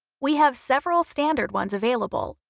we have several standard ones available.